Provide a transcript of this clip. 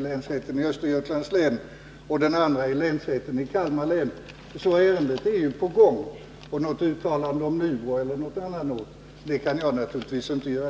länsrätterna i Östergötlands län och Kalmar län. Ärendet är alltså i gång. Något uttalande om en placering till Nybro eller någon annan ort kan jag naturligtvis inte göra.